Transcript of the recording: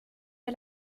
wir